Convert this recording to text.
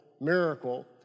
miracle